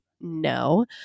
No